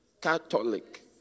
catholic